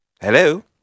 Hello